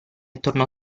tornò